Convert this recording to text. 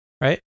Right